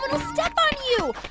ah step on you.